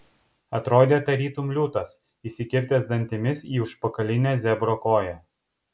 atrodė tarytum liūtas įsikirtęs dantimis į užpakalinę zebro koją